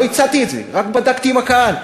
לא הצעתי את זה, רק בדקתי עם הקהל.